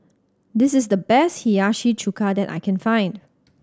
this is the best Hiyashi Chuka that I can find